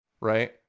right